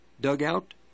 dugout